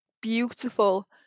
beautiful